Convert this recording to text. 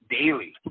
daily